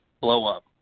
blow-up